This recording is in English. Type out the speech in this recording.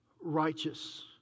Righteous